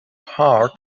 hard